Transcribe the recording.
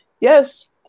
yes